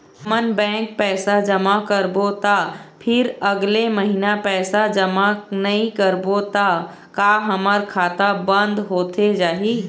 हमन बैंक पैसा जमा करबो ता फिर अगले महीना पैसा जमा नई करबो ता का हमर खाता बंद होथे जाही?